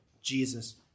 Jesus